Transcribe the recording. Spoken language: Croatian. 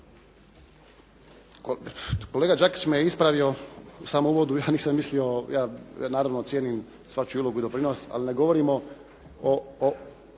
Kolega Đakić me ispravio samo u uvodu, ja nisam mislio, ja naravno cijenim svačiju ulogu i doprinos, ali ne govorimo o,